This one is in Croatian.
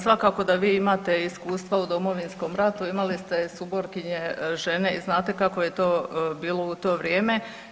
Svakako da vi imate iskustva u Domovinskom ratu, imali ste suborkinje žene i znate kako je to bilo u to vrijeme.